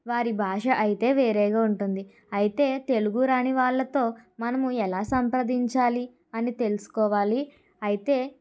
వారి భాష అయితే వేరేగా ఉంటుంది అయితే తెలుగు రాని వాళ్ళతో మనము ఎలా సంప్రదించాలి అని తెలుసుకోవాలి అయితే